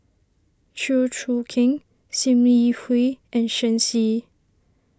Chew Choo Keng Sim Yi Hui and Shen Xi